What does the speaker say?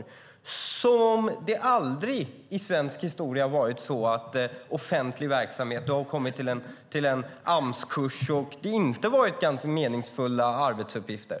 Det är som att det aldrig i svensk historia varit så i offentlig verksamhet att människor kommit till en AMS-kurs där det inte varit meningsfulla arbetsuppgifter.